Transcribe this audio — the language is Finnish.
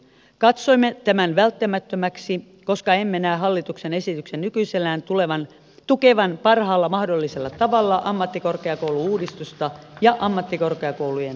katsoimme tämän välttämättömäksi koska emme näe hallituksen esityksen nykyisellään tukevan parhaalla mahdollisella tavalla ammattikorkeakoulu uudistusta ja ammatti korkeakoulujen tulevaisuutta